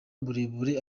burebure